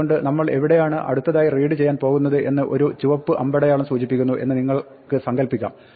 അതുകൊണ്ട് നമ്മൾ എവിടെയാണ് അടുത്തതായി റീഡ് ചെയ്യാൻ പോകുന്നത് എന്ന് ഒരു ചുവപ്പ് അമ്പടയാളം സൂചിപ്പിക്കുന്നു എന്ന് നിങ്ങൾക്ക് സങ്കല്പിക്കാം